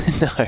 no